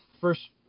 first